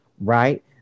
right